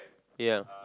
ya